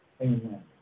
Amen